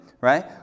right